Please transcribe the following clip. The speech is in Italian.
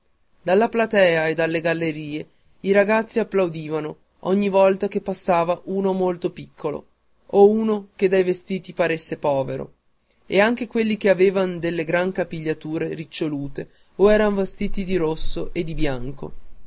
dalla platea e dalle gallerie i ragazzi applaudivano ogni volta che passava uno molto piccolo o uno che dai vestiti paresse povero e anche quelli che avevano delle gran capigliature ricciolute o eran vestiti di rosso o di bianco